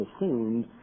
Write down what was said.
assumed